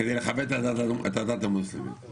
כדי לכבד את הדת המוסלמית.